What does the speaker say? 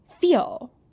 feel